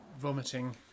vomiting